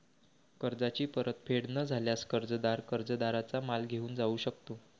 कर्जाची परतफेड न झाल्यास, कर्जदार कर्जदाराचा माल घेऊन जाऊ शकतो